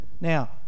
Now